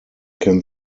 can